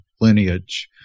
lineage